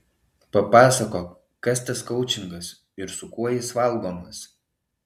papasakok kas tas koučingas ir su kuo jis valgomas